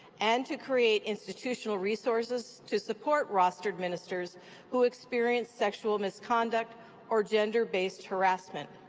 and to create institutional resources to support rostered ministers who experience sexual misconduct or gender-based harassment,